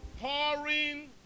pouring